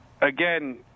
again